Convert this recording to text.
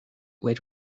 wait